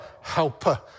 helper